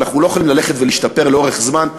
אבל אנחנו לא יכולים ללכת ולהשתפר לאורך זמן,